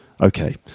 Okay